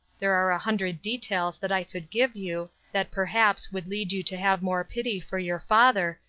there are a hundred details that i could give you, that perhaps would lead you to have more pity for your father,